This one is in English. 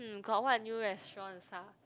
uh got what new restaurants ah